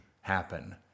happen